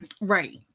Right